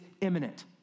imminent